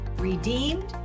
Redeemed